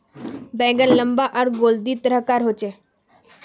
बैंगन लम्बा आर गोल दी तरह कार होचे